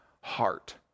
heart